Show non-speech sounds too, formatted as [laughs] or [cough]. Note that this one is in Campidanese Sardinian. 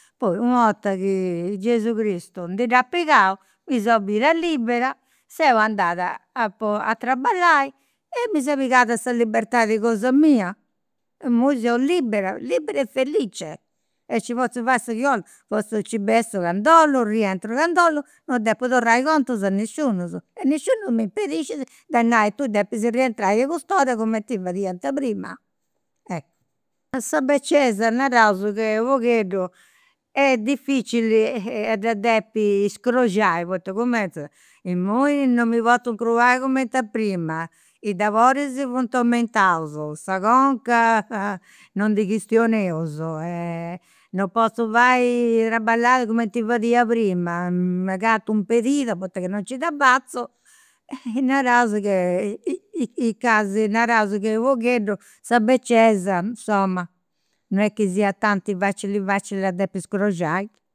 Poi u' 'orta chi Gesù Gristu ndi dda pigau mi seu bida libera, seu andada a po traballai e mi seu pigada sa libertadi cosa mia. Imui seu libera, libera e felice, e nci potzu fai su chi 'ollu, nci bessu cand'ollu, rientru, [unintelligible] non depu torrai contus a nisciunus e nisciunu m' impediscit de nai, tui depis rientrai a cust'ora cumenti fadiant prima, eh. A sa becesa naraus che u' pogheddu est dificili a dda depi scroxai, poita cumenzat imui non mi potzu incrubai cumenti a prima, i doloris funt aumentaus, sa conca [laughs] non ndi chistioneus, [hesitation] non potzu fai, traballai cumenti fadia prima, [unintelligible] impedida poita ca non nci dda fatzu, e naraus [hesitation] i casi, naraus, chi u' pogheddu sa becesa, insoma, non est chi siat tanti facili facili a dda depit scroxai